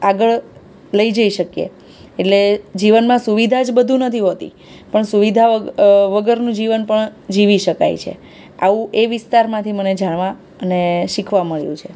આગળ લઈ જઈ શકીએ એટલે જીવનમાં સુવિધા જ બધું નથી હોતી પણ સુવિધા વગરનું જીવન પણ જીવી શકાય છે આવું એ વિસ્તારમાંથી મને જાણવા અને શીખવા મળ્યું છે